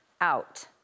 out